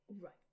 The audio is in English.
Right